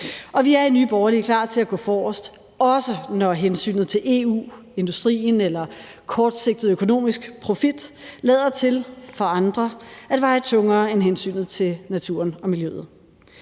Vi er i Nye Borgerlige klar til at gå forrest, også når hensynet til EU, industrien eller kortsigtet økonomisk profit for andre lader til at veje tungere end hensynet til naturen og miljøet.